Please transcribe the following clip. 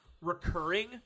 recurring